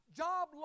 job